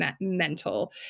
mental